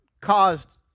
caused